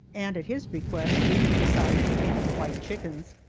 and at his request we have decided to take the white chickens.